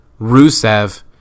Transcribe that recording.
Rusev